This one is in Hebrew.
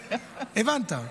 הבנת.